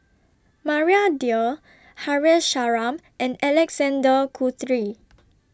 Maria Dyer Haresh Sharma and Alexander Guthrie